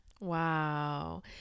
wow